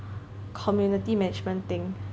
community management thing